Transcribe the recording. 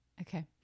Okay